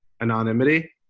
anonymity